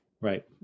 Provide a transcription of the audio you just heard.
right